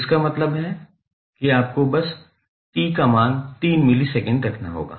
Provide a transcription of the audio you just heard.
इसका मतलब है कि आपको बस t का मान 3 मिलीसेकंड रखना होगा